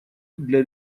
для